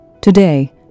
Today